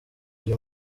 uyu